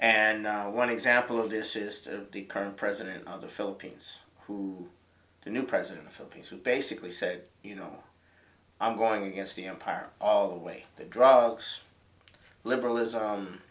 and one example of this is the current president of the philippines who the new president of philippines who basically said you know i'm going against the empire of the way the drugs liberalism